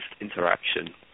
interaction